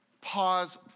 Pause